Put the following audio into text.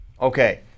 Okay